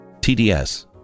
TDS